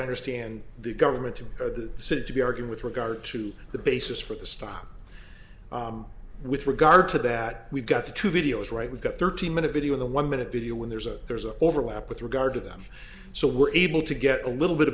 understand the government or the city to be arguing with regard to the basis for the stop with regard to that we've got the two videos right we've got thirty minute video of the one minute video when there's a there's an overlap with regard to them so we're able to get a little bit of